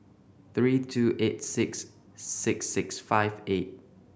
three two eight six six six five eight